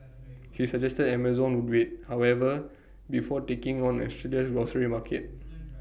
he suggested Amazon would wait however before taking on Australia's grocery market